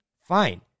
fine